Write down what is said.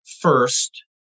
first